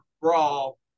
brawl